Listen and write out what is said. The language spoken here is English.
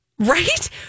Right